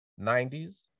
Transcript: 90s